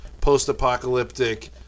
post-apocalyptic